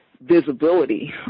visibility